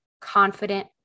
confident